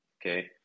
okay